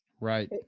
Right